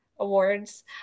awards